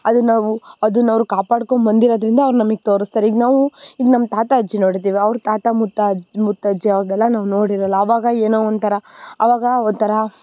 ಅದನ್ನು ನಾವು ಅದನ್ನು ಅವ್ರು ಕಾಪಾಡ್ಕೊಂಡ್ಬಂದಿರೋದ್ರಿಂದ ಅವ್ರು ನಮಗೆ ತೋರಿಸ್ತಾರೆ ಈಗ ನಾವು ಇದು ನಮ್ಮ ತಾತ ಅಜ್ಜಿ ನೋಡಿದ್ದೀವಾ ಅವ್ರ ತಾತ ಮುತ್ತ ಮುತ್ತಜ್ಜಿ ಅವ್ರನ್ನೆಲ್ಲ ನಾವು ನೋಡಿರಲ್ಲ ಅವಾಗ ಏನೋ ಒಂಥರ ಅವಾಗ ಒಂಥರ